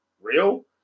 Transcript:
real